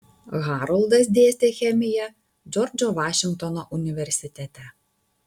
haroldas dėstė chemiją džordžo vašingtono universitete